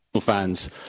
fans